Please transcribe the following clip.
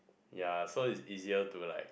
ya so it's easier to like